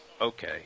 Okay